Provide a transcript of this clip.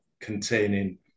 containing